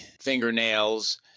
fingernails